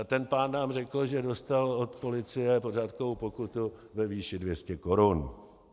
Ten pán nám řekl, že dostal od policie pořádkovou pokutu ve výši 200 korun.